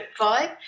vibe